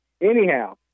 Anyhow